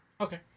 Okay